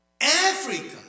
Africa